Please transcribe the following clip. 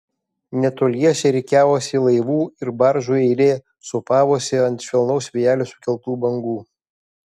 netoliese rikiavosi laivų ir baržų eilė sūpavosi ant švelnaus vėjelio sukeltų bangų